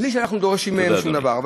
בלי שאנחנו דורשים מהם שום דבר.